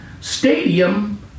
Stadium